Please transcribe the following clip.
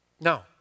No